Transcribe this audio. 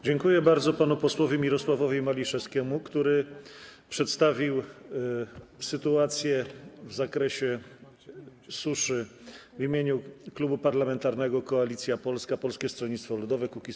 Dziękuję bardzo panu posłowi Mirosławowi Maliszewskiemu, który przedstawił sytuację w zakresie suszy w imieniu Klubu Parlamentarnego Koalicja Polska - Polskie Stronnictwo Ludowe - Kukiz15.